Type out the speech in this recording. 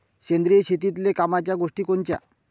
सेंद्रिय शेतीतले कामाच्या गोष्टी कोनच्या?